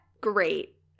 great